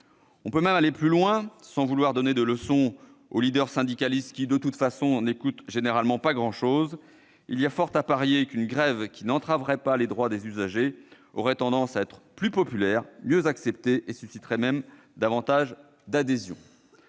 On peut même aller plus loin, sans vouloir donner de leçons aux leaders syndicalistes qui, de toute façon, n'entendent généralement pas grand-chose : il y a fort à parier qu'une grève qui n'entraverait pas les droits des usagers aurait tendance à être plus populaire et mieux acceptée. Elle susciterait même davantage d'adhésion.